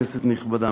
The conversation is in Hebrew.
כנסת נכבדה,